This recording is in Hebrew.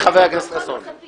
התשע"ט-2018